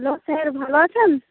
hello sir ভালো আছেন